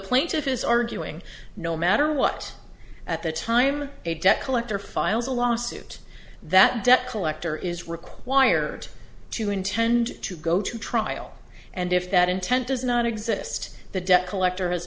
plaintiff is arguing no matter what at the time a debt collector files a lawsuit that debt collector is required to intend to go to trial and if that intent does not exist the debt collector has